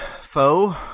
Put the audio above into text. foe